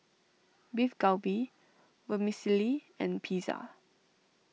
Beef Galbi Vermicelli and Pizza